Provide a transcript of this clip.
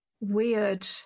weird